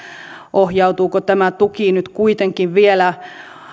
ohjautuuko tämä tuki nyt kuitenkin vielä